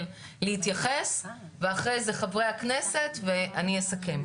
להתייחס ואחר כך חברי הכנסת ואני אסכם.